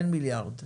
אין מיליארד.